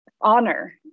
honor